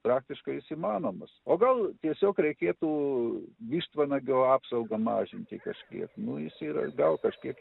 praktiškai jis įmanomas o gal tiesiog reikėtų vištvanagio apsaugą mažint kažkiek nu jis yra gal kažkiek